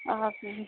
okay